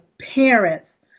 parents